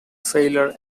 failure